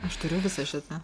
aš turiu visą šitą